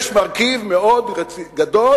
יש מרכיב מאוד גדול